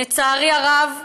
לצערי הרב,